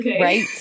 right